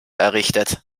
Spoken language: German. errichtet